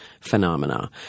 phenomena